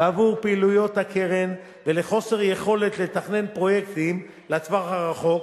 בעבור פעילויות הקרן ולחוסר יכולת לתכנן פרויקטים לטווח הרחוק,